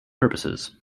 purposes